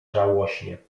żałośnie